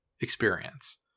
experience